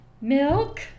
Milk